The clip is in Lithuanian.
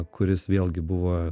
kuris vėlgi buvo